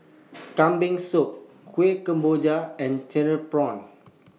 Kambing Soup Kueh Kemboja and Cereal Prawns